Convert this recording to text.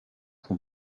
son